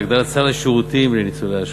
להגדלת סל השירותים לניצולי השואה.